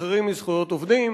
משתחררים מזכויות עובדים,